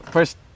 First